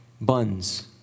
buns